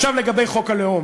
עכשיו לגבי חוק הלאום.